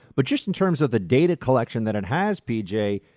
but just in terms of the data collection that it has, p j,